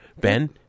Ben